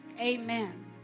amen